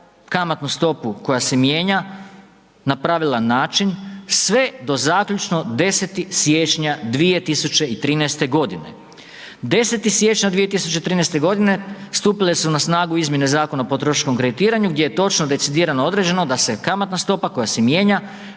kamatnu stopu koja se mijenja na pravilan način sve do zaključno 10. siječnja 2013. godine. 10. siječnja 2013. g. stupile su na snagu izmjene Zakona o potrošačkom kreditiranju gdje je točno decidirano određeno da se kamatna stopa koja se mijenja,